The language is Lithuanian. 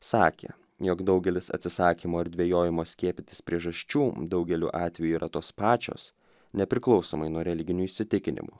sakė jog daugelis atsisakymo ir dvejojimo skiepytis priežasčių daugeliu atveju yra tos pačios nepriklausomai nuo religinių įsitikinimų